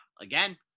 again